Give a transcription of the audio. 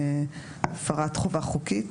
הפרת חובה חוקית,